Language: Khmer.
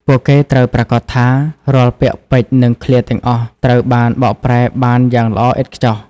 ពួកគេត្រូវប្រាកដថា រាល់ពាក្យពេចន៍ និងឃ្លាទាំងអស់ត្រូវបានបកប្រែបានយ៉ាងល្អឥតខ្ចោះ។